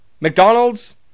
McDonald's